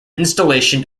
installation